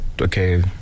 okay